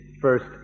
first